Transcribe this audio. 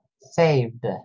Saved